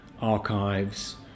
archives